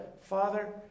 Father